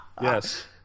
Yes